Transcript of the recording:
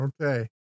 Okay